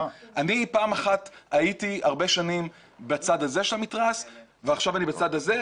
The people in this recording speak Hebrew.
אני פעם אחת הייתי הרבה שנים בצד הזה של המתרס ועכשיו אני בצד הזה.